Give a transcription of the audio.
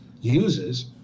uses